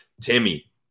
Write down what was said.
Timmy